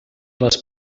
les